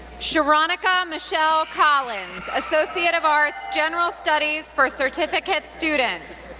sheronica michelle collins, associate of arts, general studies for certificate students.